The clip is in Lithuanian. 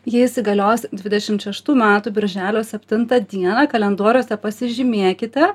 jie įsigalios dvidešimt šeštų metų birželio septintą dieną kalendoriuose pasižymėkite